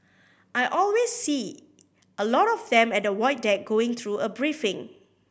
I always see a lot of them at the Void Deck going through a briefing